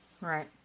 Right